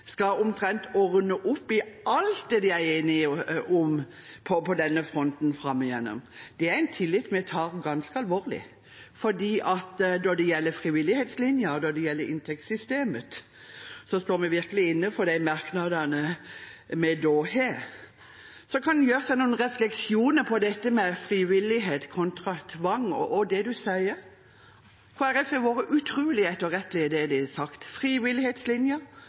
skal ordne opp i omtrent alt det de er enige om på denne fronten fram igjennom. Det er en tillit vi tar ganske alvorlig, for når det gjelder frivillighetslinjen, og når det gjelder inntektssystemet, står vi virkelig inne for de merknadene vi har. Så kan en gjøre seg noen refleksjoner om det som sies om frivillighet kontra tvang. Kristelig Folkeparti har vært utrolig etterrettelig i det vi har sagt.